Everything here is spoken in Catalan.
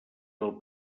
del